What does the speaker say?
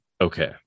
Okay